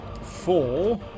four